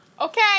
Okay